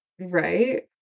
right